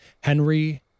Henry